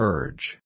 Urge